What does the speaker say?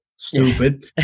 Stupid